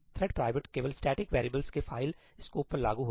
thread private केवल static variables के file scope पर लागू होता है